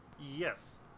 Yes